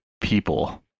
people